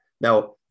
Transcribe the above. Now